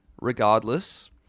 regardless